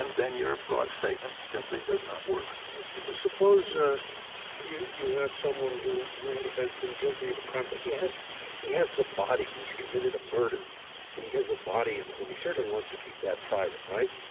and then your broad statement simply does not work. scalia suppose suppose ah you you have someone who who has been guilty of a crime. but he has he has the body. he has committed a murder and he has the body in the home. he certainly wants to keep that private, right?